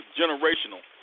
generational